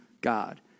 God